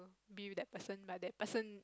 be with that person but that person